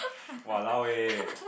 !walao! eh